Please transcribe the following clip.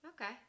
Okay